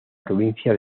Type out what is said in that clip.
provincia